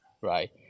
right